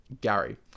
Gary